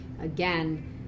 Again